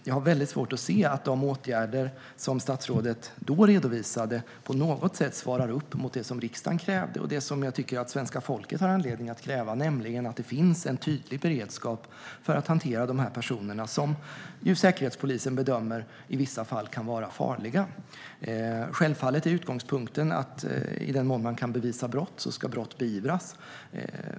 Jag har svårt att se att de åtgärder som statsrådet då redovisade på något sätt svarar upp mot det som riksdagen krävde och det som jag tycker att svenska folket har anledning att kräva, nämligen att det finns en tydlig beredskap för att hantera de här personerna som ju Säkerhetspolisen bedömer i vissa fall kan vara farliga. Självfallet är utgångspunkten att i den mån man kan bevisa brott ska brott beivras.